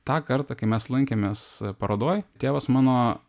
tą kartą kai mes lankėmės parodoj tėvas mano